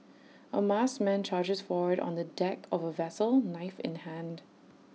A masked man charges forward on the deck of A vessel knife in hand